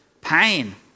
pain